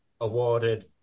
awarded